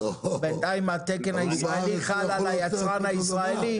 השאלה אם התקן הישראלי חל על היצרן הישראלי